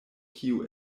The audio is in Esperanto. kiu